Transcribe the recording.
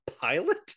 pilot